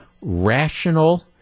rational